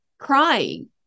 crying